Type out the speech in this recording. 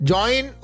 Join